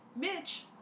Mitch